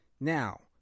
Now